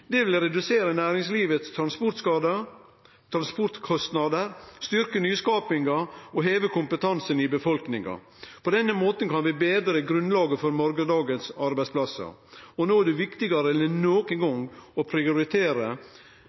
Det vil redusere transportkostnadene til næringslivet, styrkje nyskapinga og heve kompetansen i befolkninga. På den måten kan vi betre grunnlaget for framtidige arbeidsplassar. No er det viktigare enn nokon gong å prioritere